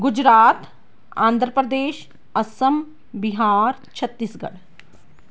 Gujarat Andhra Pradesh Assam Bihar Chhattisgarh